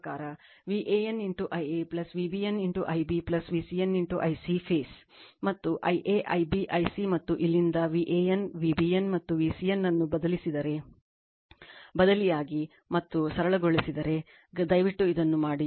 ಮತ್ತು Ia Ib i c ಮತ್ತು ಇಲ್ಲಿಂದ VAN v BN ಮತ್ತು VCN ಅನ್ನು ಬದಲಿಸಿದರೆ ಬದಲಿಯಾಗಿ ಮತ್ತು ಸರಳಗೊಳಿಸಿದರೆ ದಯವಿಟ್ಟು ಇದನ್ನು ಮಾಡಿ